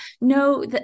no